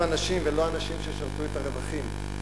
אנשים ולא אנשים שישרתו את הרווחים.